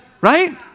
Right